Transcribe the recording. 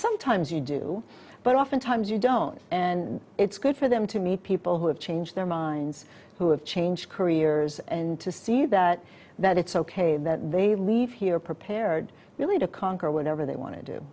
sometimes you do but oftentimes you don't and it's good for them to meet people who have changed their minds who have changed careers and to see that that it's ok that they leave here prepared really to conquer whatever they want to do